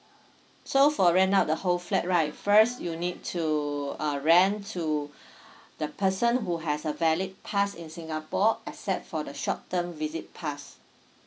so for rent out the whole flat right first you need to uh rent to the person who has a valid pass in singapore except for the short term visit pass